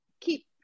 keep